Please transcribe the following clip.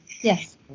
Yes